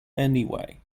anyway